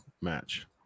match